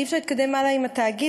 אי-אפשר להתקדם הלאה עם התאגיד?